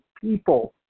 people